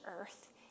earth